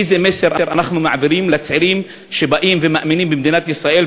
איזה מסר אנחנו מעבירים לצעירים שמאמינים במדינת ישראל,